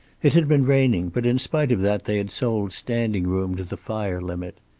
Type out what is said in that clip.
it had been raining, but in spite of that they had sold standing room to the fire limit.